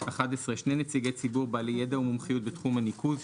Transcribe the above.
שני נציגי ציבור בעלי ידע ומומחיות בתחום הניקוז,